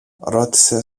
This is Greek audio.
ρώτησε